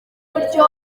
uburyo